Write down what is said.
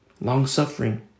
Long-suffering